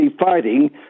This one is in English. fighting